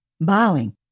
bowing